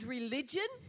religion